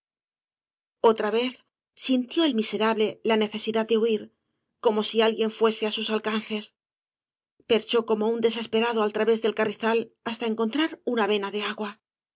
otra vez sintió el miserable la necesidad d huir como si alguien fuese á sus alcances perchó como un desesperado al través del carrizal hasta encontrar una vena de agua la